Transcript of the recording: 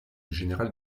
général